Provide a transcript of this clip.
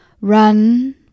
run